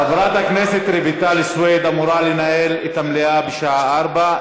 חברת הכנסת רויטל סויד אמורה לנהל את המליאה בשעה 16:00,